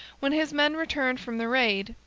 when his men returned from the raid,